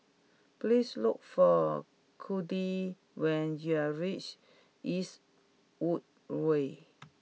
please look for Codie when you reach Eastwood Way